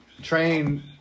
Train